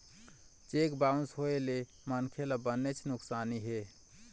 cheque bounce होए ले मनखे ल बनेच नुकसानी हे